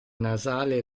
nasale